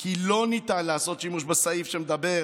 כי לא ניתן לעשות שימוש בסעיף, שמדבר